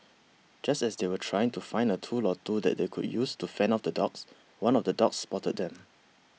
just as they were trying to find a tool or two that they could use to fend off the dogs one of the dogs spotted them